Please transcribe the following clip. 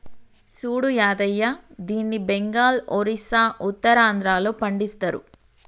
సూడు యాదయ్య దీన్ని బెంగాల్, ఒరిస్సా, ఉత్తరాంధ్రలో పండిస్తరు